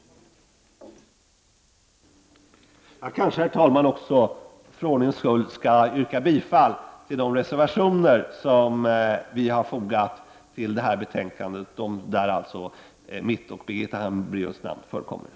Herr talman! För ordningens skull skall jag yrka bifall till de reservationer som centerpartiet har fogat till detta betänkande och där mitt och Birgitta Hambraeus namn finns med.